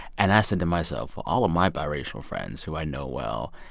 and i said to myself, well, all of my biracial friends who i know well,